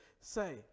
Say